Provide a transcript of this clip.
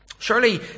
Surely